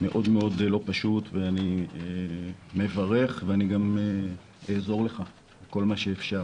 מאוד מאוד לא פשוט ואני מברך ואני גם אעזור לך בכל מה שאפשר.